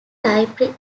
library